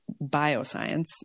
Bioscience